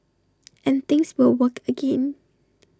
and things will work again